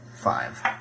Five